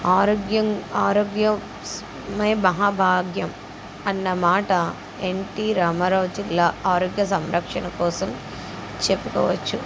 ఆరోగ్యం ఆరోగ్యమే మహా భాగ్యం అన్నమాట ఎన్టి రామారావు జిల్లా ఆరోగ్య సంరక్షణ కోసం చెప్పుకోవచ్చు